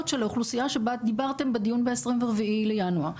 של האוכלוסייה שבה דיברתם בדיון ב-24 בינואר.